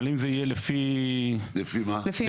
אבל אם זה יהיה לפי --- לפי מה?